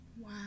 Wow